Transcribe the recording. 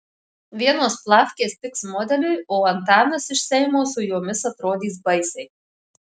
vienos plavkės tiks modeliui o antanas iš seimo su jomis atrodys baisiai